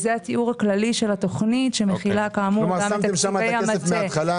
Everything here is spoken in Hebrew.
זה התיאור הכללי של התוכנית שמכילה גם את כספי המטה.